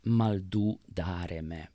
maldų darėme